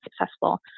successful